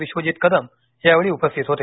विश्वजित कदम यावेळी उपस्थित होते